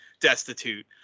destitute